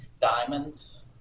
diamonds